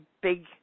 big